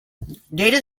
data